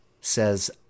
says